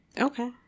Okay